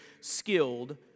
skilled